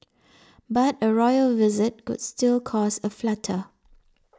but a royal visit could still cause a flutter